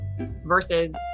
versus